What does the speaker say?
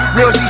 Real